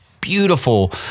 beautiful